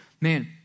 man